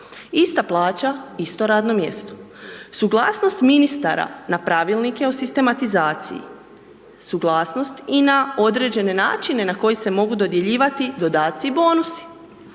ista plaća isto radno mjesto. Suglasnost ministara na pravilnike o sistematizaciji, suglasnost i na određene načine na koji se mogu dodjeljivati dodaci i bonusi.